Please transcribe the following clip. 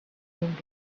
seemed